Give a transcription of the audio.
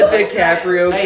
DiCaprio